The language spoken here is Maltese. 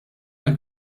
għal